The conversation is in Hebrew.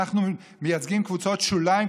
אנחנו מייצגים קבוצות שוליות,